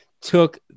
took